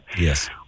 Yes